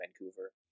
Vancouver